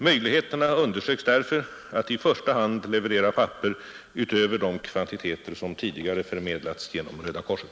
Möjligheterna undersöks därför att i första hand leverera papper utöver de kvantiteter som tidigare förmedlats genom Röda korset.